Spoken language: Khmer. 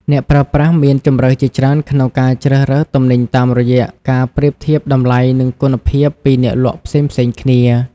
អ្នកប្រើប្រាស់មានជម្រើសច្រើនក្នុងការជ្រើសរើសទំនិញតាមរយៈការប្រៀបធៀបតម្លៃនិងគុណភាពពីអ្នកលក់ផ្សេងៗគ្នា។